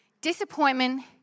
disappointment